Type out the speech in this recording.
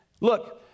Look